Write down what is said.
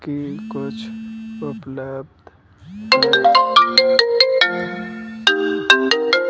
ਕੀ ਕੁਛ ਉਪਲੱਬਧ ਹੈ